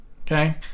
Okay